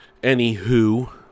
Anywho